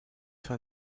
faire